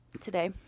Today